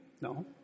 No